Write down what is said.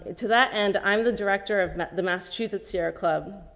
to that end, i'm the director of the massachusetts sierra club,